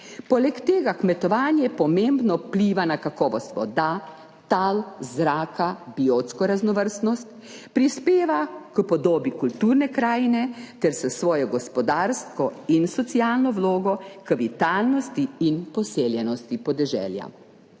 poleg tega kmetovanje pomembno vpliva na kakovost voda, tal, zraka, biotsko raznovrstnost, prispeva k podobi kulturne krajine ter s svojo gospodarsko in socialno vlogo k vitalnosti in poseljenosti podeželja.«